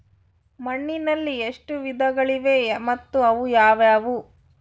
ಮಣ್ಣಿನಲ್ಲಿ ಎಷ್ಟು ವಿಧಗಳಿವೆ ಮತ್ತು ಅವು ಯಾವುವು?